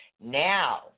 Now